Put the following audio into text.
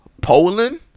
Poland